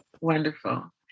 Wonderful